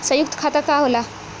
सयुक्त खाता का होला?